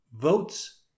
Votes